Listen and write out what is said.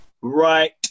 right